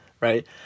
right